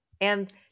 and-